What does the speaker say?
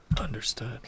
Understood